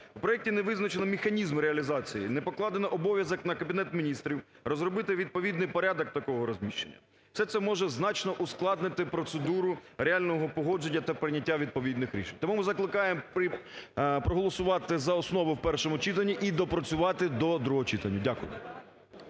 У проекті не визначено механізм реалізації, не покладено обов'язок на Кабінет Міністрів розробити відповідний порядок такого розміщення. Все це може значно ускладнити процедуру реального погодження та прийняття відповідних рішень. Тому ми закликаємо проголосувати за основу в першому читанні і допрацювати до другого читання. Дякую.